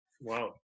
Wow